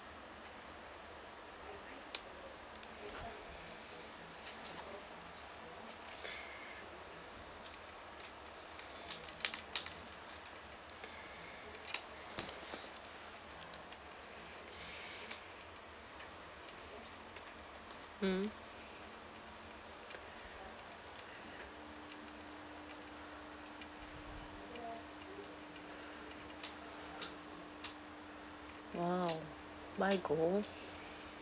mm !wow! buy gold